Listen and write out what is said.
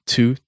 Two